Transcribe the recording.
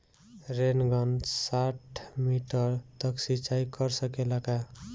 Rain gun साठ metre तक सिचाई कर सकेला का?